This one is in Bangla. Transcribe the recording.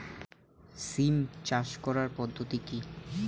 সিম চাষ করার পদ্ধতি কী?